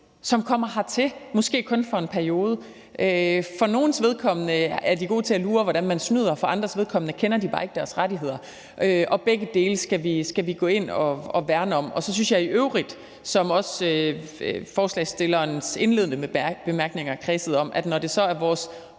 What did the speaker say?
kun kommer hertil for en periode. For nogles vedkommende er de gode til at lure, hvordan man snyder. For andres vedkommende kender de bare ikke deres rettigheder. Og begge dele skal vi gå ind at værne om. Så synes jeg i øvrigt, som ordføreren for forslagsstillerne også kredsede om i sine indledende